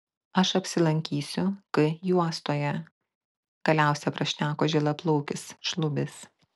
aš apsilankysiu k juostoje galiausia prašneko žilaplaukis šlubis